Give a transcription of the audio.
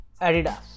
Adidas